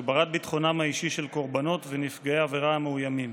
הגברת ביטחונם האישי של קורבנות ונפגעי עבירה מאוימים.